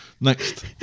Next